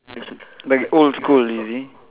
like old school you see